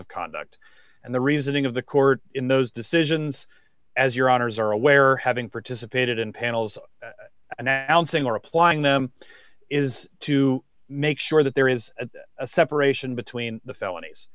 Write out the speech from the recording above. of conduct and the reasoning of the court in those decisions as your owners are aware having participated in panels of announcing or applying them is to make sure that there is a separation between the felonies